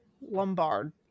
Lombard